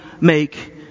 make